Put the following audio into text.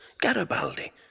Garibaldi